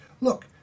look